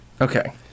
Okay